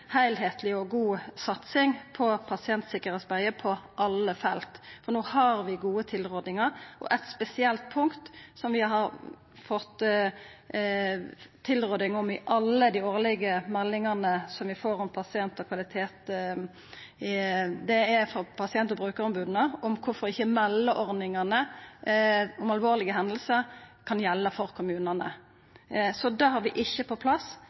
heilskapleg og god satsing på pasientsikkerheitsarbeidet på alle felt. No har vi gode tilrådingar, og eit spesielt punkt som vi har fått tilråding om i alle dei årlege meldingane som vi får om pasient og kvalitet, er frå pasient- og brukaromboda om korfor ikkje meldeordningane om alvorlege hendingar kan gjelda for kommunane. Det har vi ikkje på plass,